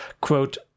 quote